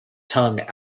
tongue